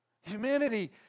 Humanity